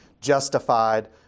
justified